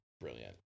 brilliant